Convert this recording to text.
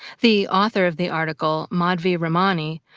the author of the article, madhvi ramani,